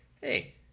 hey